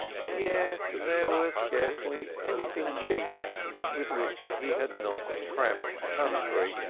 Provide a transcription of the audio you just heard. yet there was scarcely anything cheap with which he had not tramped the country,